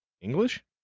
English